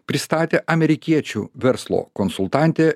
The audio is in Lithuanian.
pristatė amerikiečių verslo konsultantė